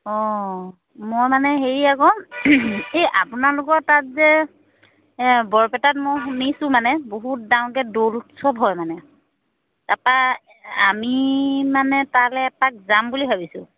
অঁ মই মানে হেৰি আকৌ এই আপোনালোকৰ তাত যে বৰপেটাত মই শুনিছোঁ মানে বহুত ডাঙৰকৈ দৌল উৎসৱ হয় মানে তাৰপৰা আমি মানে তালৈ এপাক যাম বুলি ভাবিছোঁ